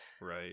Right